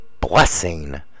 blessing